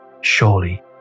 Surely